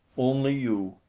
only you.